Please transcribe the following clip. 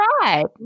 right